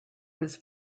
was